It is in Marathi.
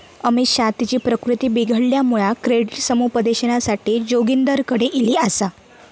अमिषा तिची प्रकृती बिघडल्यामुळा क्रेडिट समुपदेशनासाठी जोगिंदरकडे ईली आसा